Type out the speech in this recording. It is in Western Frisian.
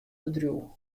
bedriuw